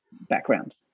background